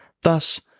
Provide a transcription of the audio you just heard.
Thus